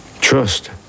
Trust